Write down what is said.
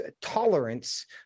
tolerance